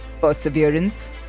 perseverance